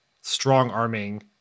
strong-arming